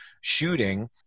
shooting